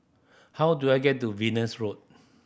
how do I get to Venus Road